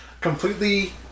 completely